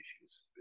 issues